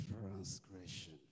transgression